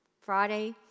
Friday